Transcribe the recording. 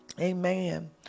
Amen